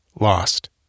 lost